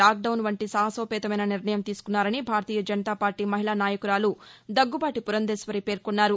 lock down వంటి సాహసోపేతమైన నిర్ణయం తీసుకున్నారని భారతీయ జనతా పార్లీ మహిళా నాయకురాలు దగ్గుబాటి పురంథేశ్వరిపేర్కోన్నారు